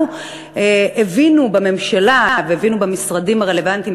הבינו בממשלה והבינו במשרדים הרלוונטיים,